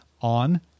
on